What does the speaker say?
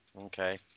okay